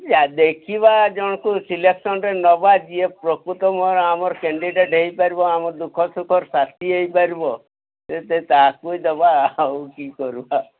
ଦେଖିବା ଜଣଙ୍କୁ ସିଲେକ୍ସନରେ ନେବା ଯିଏ ପ୍ରକୃତ ମୋର ଆମର କ୍ୟାଣ୍ଡିଡେଟ୍ ହୋଇପାରିବ ଆମର ଦୁଃଖସୁଖର ସାଥି ହୋଇପାରିବ ସେ ତାକୁ ଇ ଦେବା ଆଉ କଣ କରିବା